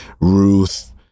Ruth